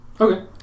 Okay